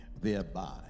thereby